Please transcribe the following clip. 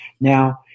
Now